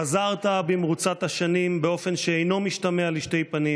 חזרת במרוצת השנים באופן שאינו משתמע לשתי פנים